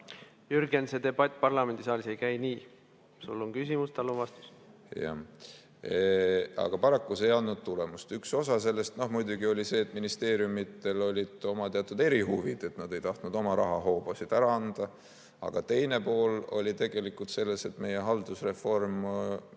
Jürgen, see debatt parlamendisaalis ei käi nii. Sul on küsimus, tal on vastus. Jah. Aga paraku see ei andnud tulemust. Üks osa sellest muidugi oli see, et ministeeriumidel olid oma teatud erihuvid, nad ei tahtnud oma rahahoobasid ära anda. Aga teine pool oli tegelikult see, et meie haldusreform